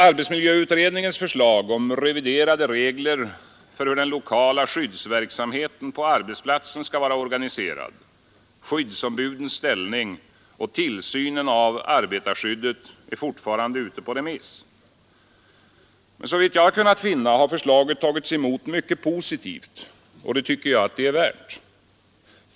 Arbetsmiljöutredningens förslag om reviderade regler för hur den lokala skyddsverksamheten på arbetsplatsen skall vara organiserad, skyddsombudens ställning och tillsynen av arbetarskyddet är fortfarande ute på remiss. Men såvitt jag kunnat finna har förslaget tagits emot mycket positivt, och det tycker jag att det är värt.